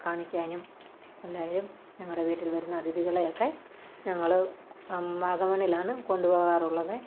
കാണിക്കാനും എന്നാലും ഞങ്ങളുടെ വീട്ടിൽ വരുന്ന അതിഥികളെയൊക്കെ ഞങ്ങള് വാഗമണ്ണിലാണ് കൊണ്ടുപോകാറുള്ളത്